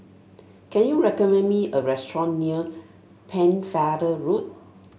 can you recommend me a restaurant near Pennefather Road